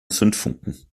zündfunken